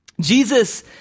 Jesus